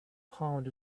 found